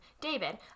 David